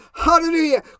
hallelujah